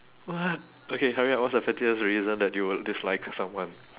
what okay hurry up what's the pettiest reason that you will dislike someone